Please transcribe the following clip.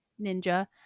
ninja